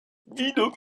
widok